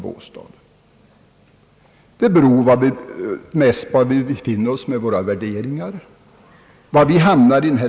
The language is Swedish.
Var vi hamnar i debatten beror mest på vilka värderingar vi har.